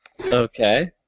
Okay